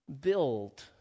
build